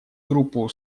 группу